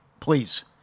Please